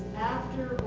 after,